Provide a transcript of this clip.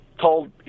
told